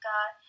God